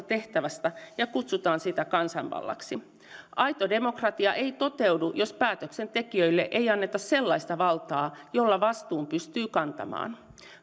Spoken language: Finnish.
tehtävästä ja sitä kutsutaan kansanvallaksi aito demokratia ei toteudu jos päätöksentekijöille ei anneta sellaista valtaa jolla vastuun pystyy kantamaan